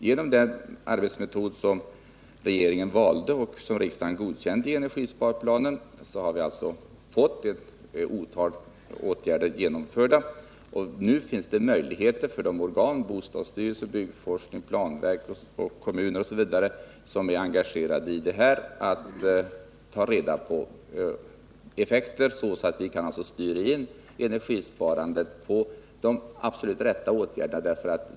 Genom den arbetsmetod som regeringen valt och riksdagen godkänt i energisparplanen har vi fått ett antal åtgärder genomförda, och nu finns det möjligheter för de organ — bostadsstyrelse, byggforskning, planverk, kommuner osv. — som är engagerade i att ta reda på effekterna så att vi kan styra in energisparandet på de absolut rätta åtgärderna.